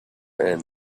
and